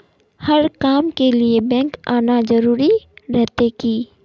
हर काम के लिए बैंक आना जरूरी रहते की?